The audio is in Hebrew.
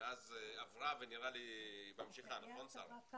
שעברה ונראה לי שהיא ממשיכה, נכון, שרה?